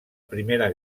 primera